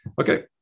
Okay